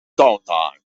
downtime